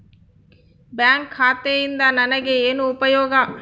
Bank ಖಾತೆಯಿಂದ ನನಗೆ ಏನು ಉಪಯೋಗ?